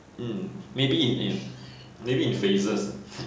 hmm maybe in in maybe in phases uh